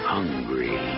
Hungry